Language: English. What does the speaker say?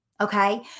okay